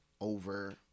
over